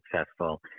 successful